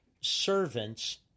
servants